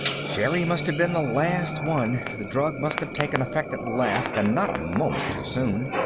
sherri must have been the last one the drug must have taken effect at last, and not a moment too soon.